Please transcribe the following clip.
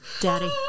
Daddy